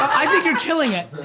i think you're killing it.